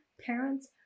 parents